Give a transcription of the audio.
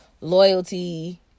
loyalty